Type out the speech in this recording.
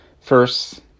First